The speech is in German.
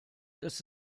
das